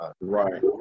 Right